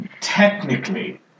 technically